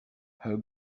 her